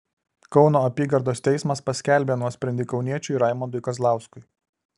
kauno apygardos teismas paskelbė nuosprendį kauniečiui raimondui kazlauskui